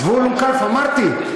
זבולון כלפה, אמרתי.